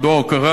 מדוע הוא קרה?